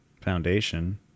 foundation